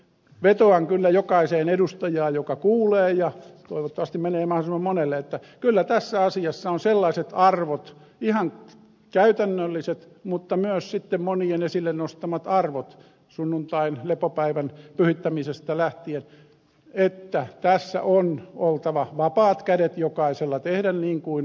vetoan kyllä jokaiseen edustajaan joka kuulee ja toivottavasti menee mahdollisimman monelle että kyllä tässä asiassa on sellaiset arvot ihan käytännölliset mutta myös sitten monien esille nostamat arvot sunnuntain lepopäivän pyhittämisestä lähtien että tässä on oltava vapaat kädet jokaisella tehdä niin kuin omatunto vaatii